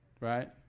Right